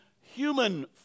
human